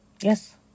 Yes